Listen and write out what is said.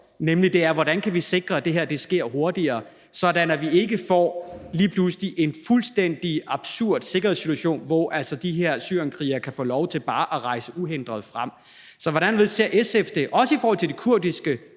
nemlig hvordan vi kan sikre, at det her sker hurtigere, sådan at vi ikke lige pludselig får en fuldstændig absurd sikkerhedssituation, hvor de her syrienskrigere kan få lov til bare at rejse uhindret frem. Så hvordan ser SF på det, også i forhold til de lokale kurdiske